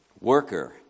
Worker